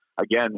again